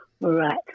Right